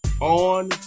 on